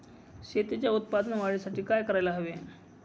शेतीच्या उत्पादन वाढीसाठी काय करायला हवे?